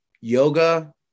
yoga